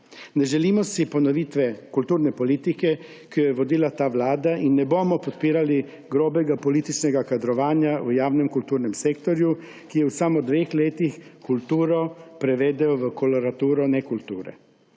Ne želimo si ponovitve kulturne politike, ki jo je vodila ta vlada in ne bomo podpirali grobega političnega kadrovanja v javnem kulturnem sektorju, ki je v samo dveh letih kulturo prevedel v koloraturo nekulture.